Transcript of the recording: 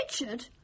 Richard